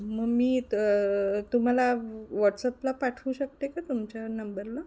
मग मी त तुम्हाला व्हॉट्सअपला पाठवू शकते का तुमच्या नंबरला